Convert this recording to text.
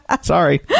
Sorry